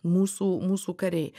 mūsų mūsų kariai